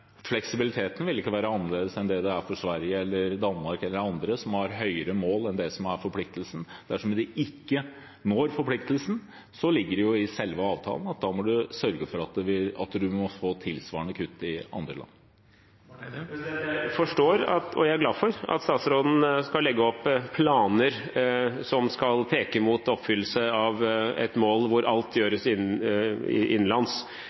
Fleksibiliteten vil ikke være annerledes enn den er for Sverige eller Danmark eller andre som har høyere mål enn det som er forpliktelsen. Dersom en ikke når forpliktelsen, ligger det i selve avtalen at da må man sørge for å få tilsvarende kutt i andre land. Jeg forstår og er glad for at statsråden skal legge opp planer som skal peke mot oppfyllelse av et mål der alt gjøres innenlands,